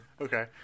Okay